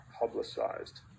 publicized